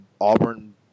Auburn